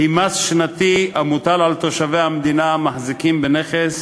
היא מס שנתי המוטל על תושבי המדינה המחזיקים בנכס